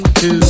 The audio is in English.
two